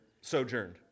sojourned